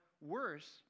worse